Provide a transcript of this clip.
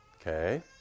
Okay